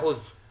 מאה אחוז.